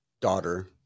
daughter